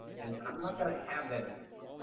and i'm not going to have that anymore.